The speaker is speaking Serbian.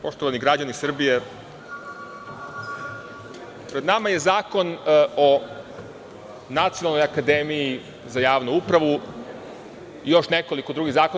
Poštovani građani Srbije, pred nama je Zakon o nacionalnoj akademiji za javnu upravu i još nekoliko drugih zakona.